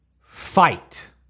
fight